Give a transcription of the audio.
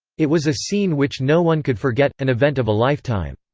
it was a scene which no one could forget an event of a lifetime.